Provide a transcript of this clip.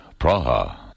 Praha